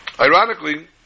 Ironically